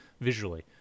visually